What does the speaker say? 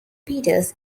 peters